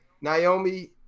Naomi